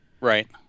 Right